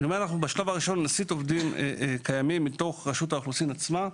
בשלב ראשון נסיט עובדים קיימים מתוך רשות האוכלוסין עצמה.